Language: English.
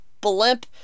blimp